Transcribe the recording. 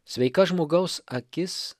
sveika žmogaus akis